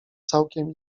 całkiem